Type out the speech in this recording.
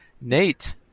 nate